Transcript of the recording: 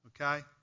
okay